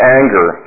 anger